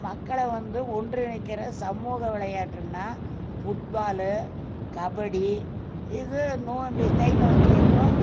மக்களை வந்து ஒன்றிணைக்கிற சமூக விளையாட்டுனால் ஃபுட் பாலு கபடி இது நோம்பு தை நோம்பு அப்போது